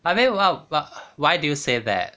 but then what what why do you say that